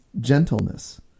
gentleness